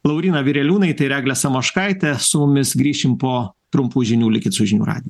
lauryna vireliūnaitė ir eglė samoškaitė su mumis ir grįšim po trumpų žinių likit su žinių radiju